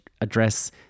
address